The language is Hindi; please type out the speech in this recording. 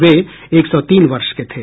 वे एक सौ तीन वर्ष के थे